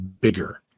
bigger